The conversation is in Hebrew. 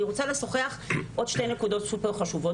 אני רוצה להעלות עוד שתי נקודות סופר חשובות.